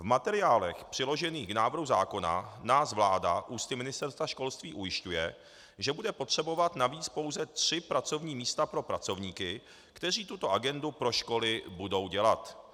V materiálech přiložených k návrhu zákona nás vláda ústy Ministerstva školství ujišťuje, že bude potřebovat navíc pouze tři pracovní místa pro pracovníky, kteří tuto agendu pro školy budou dělat.